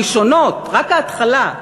הראשונות, רק ההתחלה,